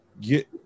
get